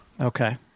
Okay